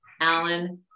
Alan